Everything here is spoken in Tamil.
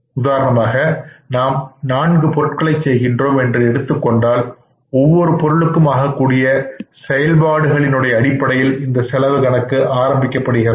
உதாரணமாக நாம் நான்கு பொருட்களை செய்கின்றோம் என்று எடுத்துக் கொண்டால் ஒவ்வொரு பொருளுக்கும் ஆகக்கூடிய செயல்பாடுகளை அடிப்படையில் இந்த செலவு கணக்கு ஆரம்பிக்க படுகிறது